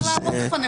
אי-אפשר לעמוד בפניך.